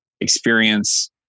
experience